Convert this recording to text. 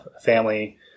family